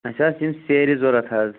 اَسہِ آسہٕ یِم سیرِ ضروٗرت حظ